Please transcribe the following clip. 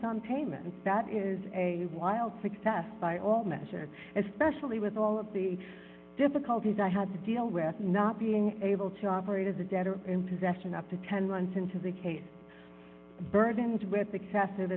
sum payment that is a wild success by all measure especially with all of the difficulties i had to deal with not being able to operate as a debtor in possession up to ten months into the case burdened with excessive